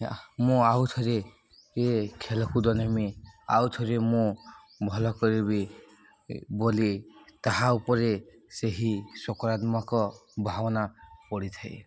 ମୁଁ ଆଉଥରେ ଖେଲକୁଦ ନେମି ଆଉଥରେ ମୁଁ ଭଲ କରିବି ବୋଲି ତାହା ଉପରେ ସେହି ସକାରାତ୍ମକ ଭାବନା ପଡ଼ିଥାଏ